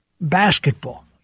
Basketball